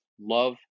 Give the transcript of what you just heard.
Love